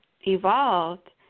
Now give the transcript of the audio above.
evolved